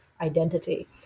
identity